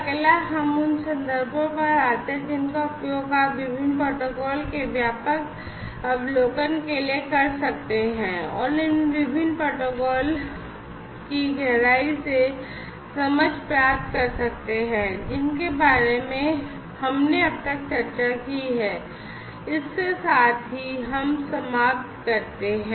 अब हम उन संदर्भों पर आते हैं जिनका उपयोग आप विभिन्न प्रोटोकॉलों के व्यापक अवलोकन के लिए कर सकते हैं और इन विभिन्न प्रोटोकॉलों की गहराई से समझ प्राप्त कर सकते हैं जिनके बारे में हमने अब तक चर्चा की है इसके साथ ही हम समाप्त करते हैं